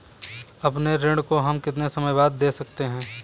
अपने ऋण को हम कितने समय बाद दे सकते हैं?